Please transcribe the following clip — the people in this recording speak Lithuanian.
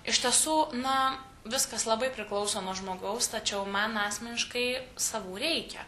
iš tiesų na viskas labai priklauso nuo žmogaus tačiau man asmeniškai savų reikia